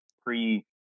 pre